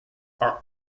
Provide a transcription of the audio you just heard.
are